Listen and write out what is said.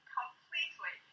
completely